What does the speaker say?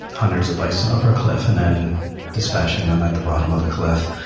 hundreds of bison over a cliff and then dispatching them at the bottom of the cliff.